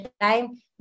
time